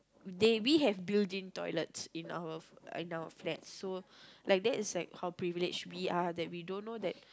they we have built in toilet in our in our flats so like that is like our privilege we are that we don't know that